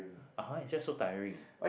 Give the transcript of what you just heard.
(uh huh) it's just so tiring